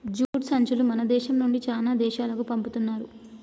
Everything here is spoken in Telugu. జూట్ సంచులు మన దేశం నుండి చానా దేశాలకు పంపుతున్నారు